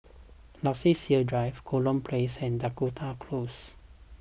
Luxus Hill Drive Kurau Place and Dakota Close